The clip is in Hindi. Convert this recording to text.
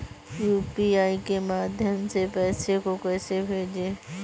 यू.पी.आई के माध्यम से पैसे को कैसे भेजें?